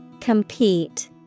Compete